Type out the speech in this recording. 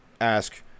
ask